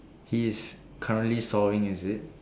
he is currently sawing is it